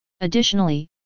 Additionally